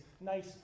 nice